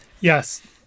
yes